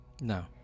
No